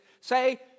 say